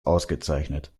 ausgezeichnet